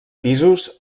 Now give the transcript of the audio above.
pisos